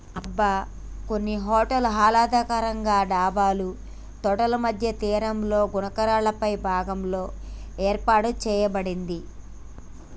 అబ్బ కొన్ని హోటల్స్ ఆహ్లాదకరంగా డాబాలు తోటల మధ్య తీరంలోని గులకరాళ్ళపై భాగంలో ఏర్పాటు సేయబడింది